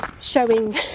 showing